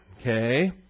Okay